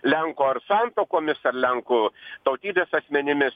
lenkų ar santuokomis ar lenkų tautybės asmenimis